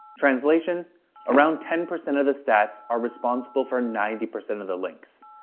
translation around ten percent of the stats are responsible for ninety percent of the links.